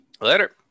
Later